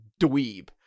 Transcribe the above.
dweeb